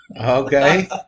Okay